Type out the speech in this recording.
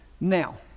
Now